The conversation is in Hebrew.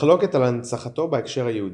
מחלוקת על הנצחתו בהקשר היהודי